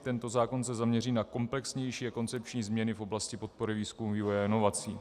Tento zákon se zaměří na komplexnější koncepční změny v oblasti podpory výzkumu, vývoje a inovací.